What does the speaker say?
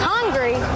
Hungry